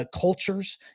Cultures